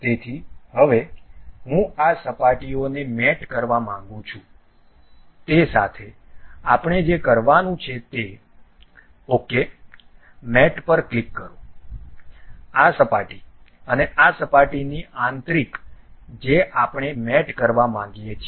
તેથી હવે હું આ સપાટીઓને મેટ કરવા માંગુ છું તે સાથે આપણે જે કરવાનું છે તે OK મેટ પર ક્લિક કરો આ સપાટી અને આ સપાટીની આંતરિક જે આપણે મેટ કરવા માંગીએ છીએ